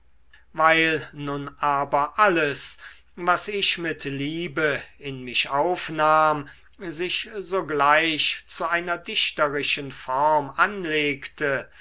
weil nun aber alles was ich mit liebe in mich aufnahm sich sogleich zu einer dichterischen form anlegte